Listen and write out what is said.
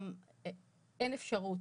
אין אפשרות,